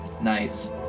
Nice